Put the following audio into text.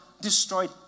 destroyed